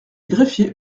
greffiers